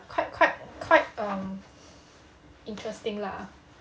quite quite quite um interesting lah